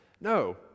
No